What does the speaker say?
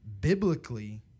biblically